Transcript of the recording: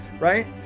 right